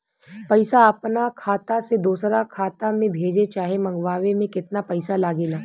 पैसा अपना खाता से दोसरा खाता मे भेजे चाहे मंगवावे में केतना पैसा लागेला?